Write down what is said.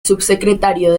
subsecretario